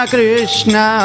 Krishna